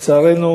לצערנו,